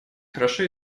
хорошо